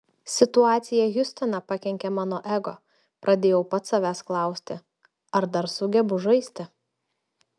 situacija hjustone pakenkė mano ego pradėjau pats savęs klausti ar dar sugebu žaisti